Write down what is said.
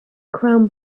chrome